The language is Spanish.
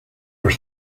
los